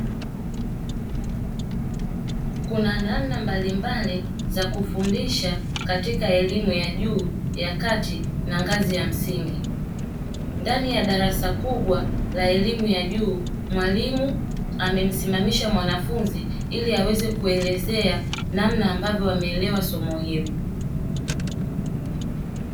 Kuna namna mbalimbali za kufundisha katika elimu ya juu, ya kati, na ngazi ya msingi. Ndani ya darasa kubwa la elimu ya juu, mwalimu amemsimamisha mwanafunzi ili aweze kuelezea namna ambavyo ameelewa somo hili.